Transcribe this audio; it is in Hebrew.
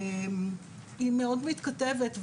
היא מאוד מתכתבת,